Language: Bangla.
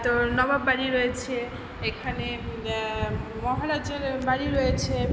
তো নবাববাড়ি রয়েছে এখানে মহারাজের বাড়ি রয়েছে